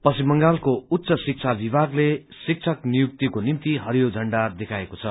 पश्चिम बंगालको उच्च शिक्षा विभागले शिक्षक नियुक्तिको निम्ति हरियो झण्डा दिएको छ